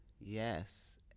Yes